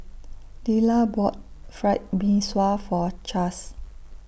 Lilah bought Fried Mee Sua For Chaz